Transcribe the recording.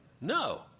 No